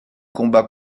combat